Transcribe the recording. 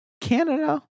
Canada